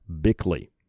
Bickley